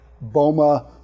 BOMA